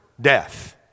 death